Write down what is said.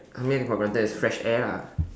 I may have taken for granted is fresh air lah